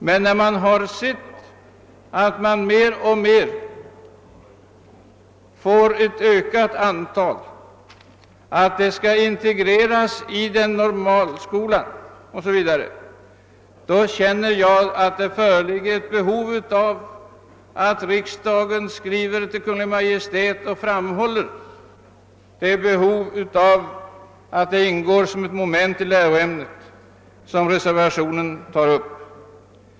Men antalet ökar, de handikappade skall integreras i en normalskola osv., och då känner jag att det föreligger ett behov av att riksdagen skriver till Kungl. Maj:t och framhåller att information om de handikappades problem införs som en obligatorisk del i grundskolans läroplan. Detta är vad som föreslås i reservationen.